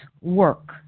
work